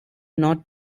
not